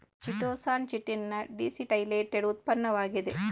chitosan chitin ನ deacetylated ಉತ್ಪನ್ನವಾಗಿದೆ